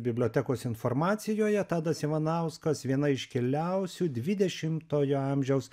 bibliotekos informacijoje tadas ivanauskas viena iškiliausių dvidešimtojo amžiaus